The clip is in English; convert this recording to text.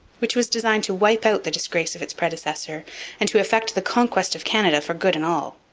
which was designed to wipe out the disgrace of its predecessor and to effect the conquest of canada for good and all.